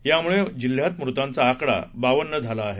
या मुळे जिल्ह्यात मृतांचा आकडा बावन्न झाला आहे